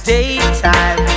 Daytime